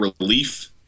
relief